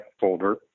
folder